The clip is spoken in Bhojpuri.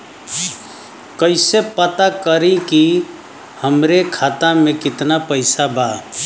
कइसे पता करि कि हमरे खाता मे कितना पैसा बा?